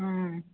हूँ